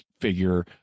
figure